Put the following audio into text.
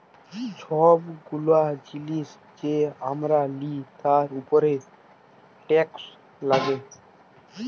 ছব গুলা জিলিস যে আমরা লিই তার উপরে টেকস লাগ্যে